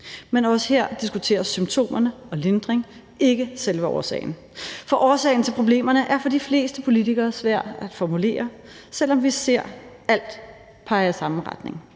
Men også her diskuteres symptomerne og lindring, ikke selve årsagen. For årsagen til problemerne er for de fleste politikere svær at formulere, selv om vi ser, at alt peger i samme retning: